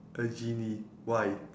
a genie why